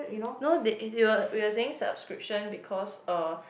no that it we were we were saying subscription because uh